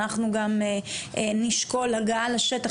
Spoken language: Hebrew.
אנחנו גם נשקול הגעה לשטח,